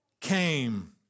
came